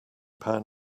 pan